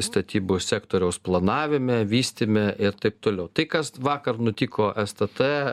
statybų sektoriaus planavime vystyme ir taip toliau tai kas vakar nutiko stt